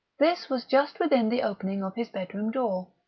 this was just within the opening of his bedroom door.